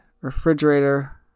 refrigerator